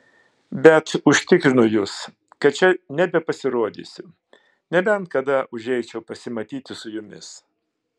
bet užtikrinu jus kad čia nebepasirodysiu nebent kada užeičiau pasimatyti su jumis